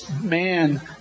man